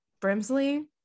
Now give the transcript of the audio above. Brimsley